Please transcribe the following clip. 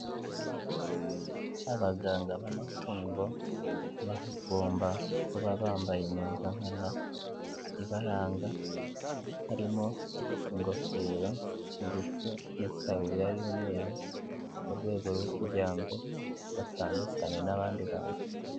Abaganga b'amatungo bagomba kuba bambaye impuzankana ibaranga harimo ingofero ndetse n'itaburiya y'umweru, murwego rwo kugira ngo batandukane n'abandi bantu.